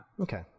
Okay